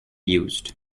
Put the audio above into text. used